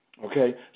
Okay